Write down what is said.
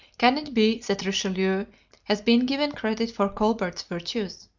can it be that richelieu has been given credit for colbert's virtues?